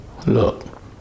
Look